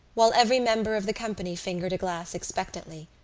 while every member of the company fingered a glass expectantly,